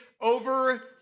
over